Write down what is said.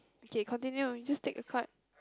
okay continue just take a card